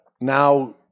Now